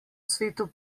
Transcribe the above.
svetu